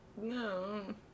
No